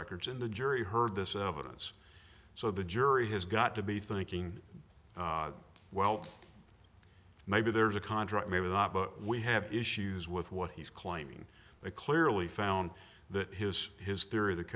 records in the jury heard this evidence so the jury has got to be thinking well maybe there's a contract maybe not but we have issues with what he's claiming they clearly found that his his theory